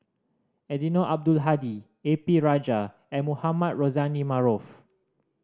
Eddino Abdul Hadi A P Rajah and Mohamed Rozani Maarof